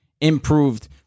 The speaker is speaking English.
improved